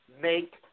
make